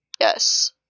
Yes